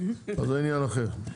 אבל זה עניין אחר.